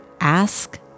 Ask